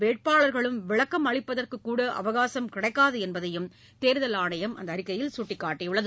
வேட்பாளர்களும் விளக்கம் அளிப்பதற்குக்கூட அவகாசம் கிடைக்காது என்பதையும் தேர்தல் ஆணையம் சுட்டிக்காட்டியுள்ளது